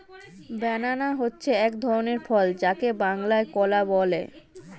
banana হচ্ছে এক ধরনের ফল যাকে বাংলায় কলা বলে